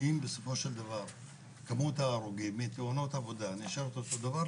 אבל אם בסופו של דבר כמות ההרוגים מתאונות עבודה נשארת אותו דבר,